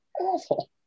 awful